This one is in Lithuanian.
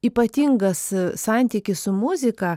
ypatingas santykis su muzika